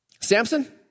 Samson